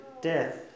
death